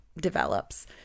develops